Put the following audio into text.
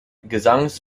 gesangs